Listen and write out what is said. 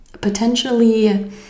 potentially